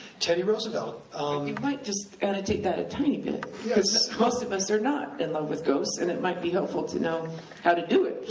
teddy roosevelt you might just annotate that a tiny bit, cause most of us are not in love with ghosts and it might be helpful to know how to do it,